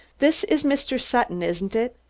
this is mr. sutton, isn't it?